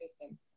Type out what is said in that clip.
system